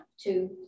two